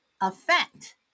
affect